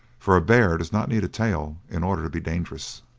for a bear does not need a tail in order to be dangerous.